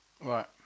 Right